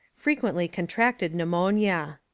frequently con tracted pneumonia.